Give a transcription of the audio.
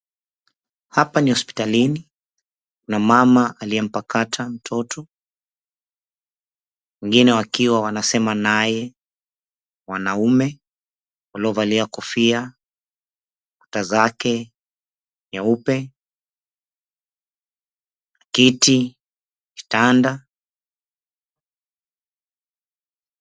Hapa ni hosiptalini na mmama aliyempakata mtoto na wengine wakiwa wanasema nae, wanaume waliovalia kofia ,ukuta zake nyeupe ,kiti, kitanda.